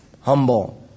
Humble